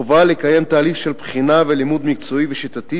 חובה לקיים תהליך של בחינה ולימוד מקצועי ושיטתי,